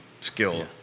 skill